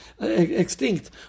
extinct